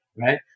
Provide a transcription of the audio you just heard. right